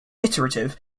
iterative